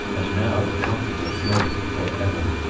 and now the comforter fled for ever,